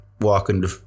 walking